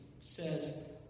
says